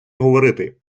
говорити